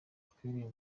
twegereye